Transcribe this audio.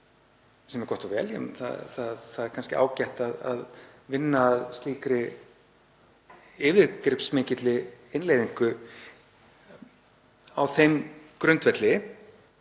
sem er gott og vel. Það er kannski ágætt að vinna að slíkri yfirgripsmikilli innleiðingu á þeim grundvelli